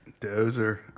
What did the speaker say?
dozer